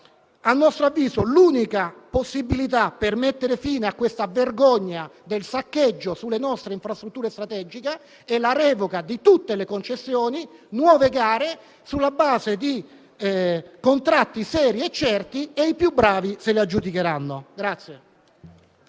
A nostro avviso, l'unica possibilità per mettere fine a questa vergogna del saccheggio sulle nostre infrastrutture strategiche è la revoca di tutte le concessioni e l'indizione di nuove gare sulla base di contratti seri e certi. I più bravi se li aggiudicheranno.